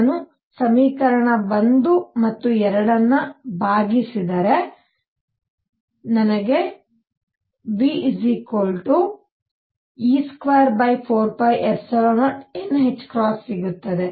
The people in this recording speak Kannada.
ನಾನು 1 ರಿಂದ 2 ರಿಂದ ಭಾಗಿಸಿದರೆ ನನಗೆ ve24π0nℏ ಸಿಗುತ್ತದೆ